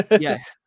Yes